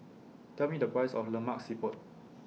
Tell Me The Price of Lemak Siput